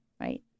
right